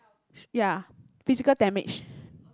ya physical damage